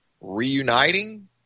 reuniting